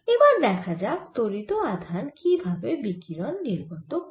এবার দেখা যাক ত্বরিত আধান কি ভাবে বিকিরণ নির্গত করে